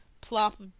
plop